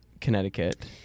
Connecticut